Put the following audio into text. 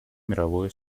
мировое